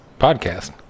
podcast